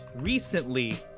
recently